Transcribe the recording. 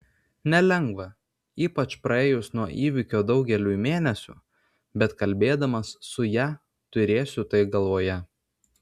nelengva ypač praėjus nuo įvykio daugeliui mėnesių bet kalbėdamas su ja turėsiu tai galvoje